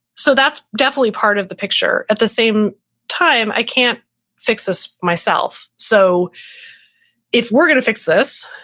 so that's definitely part of the picture. at the same time, i can't fix this myself. so if we're going to fix this,